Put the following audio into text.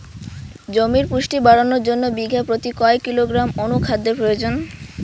জমির পুষ্টি বাড়ানোর জন্য বিঘা প্রতি কয় কিলোগ্রাম অণু খাদ্যের প্রয়োজন?